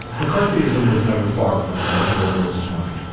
mccarthyism was never far from reginald rose his mind.